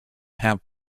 have